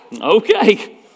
Okay